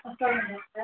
ஓகேங்க டாக்டர்